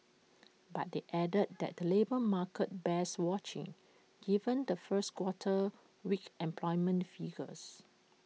but they added that the labour market bears watching given the first quarter's weak employment figures